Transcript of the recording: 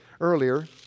earlier